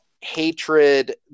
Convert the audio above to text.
hatred